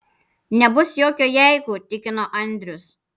nebus jokio jeigu tikino andrius